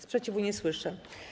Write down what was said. Sprzeciwu nie słyszę.